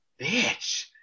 bitch